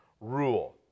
rule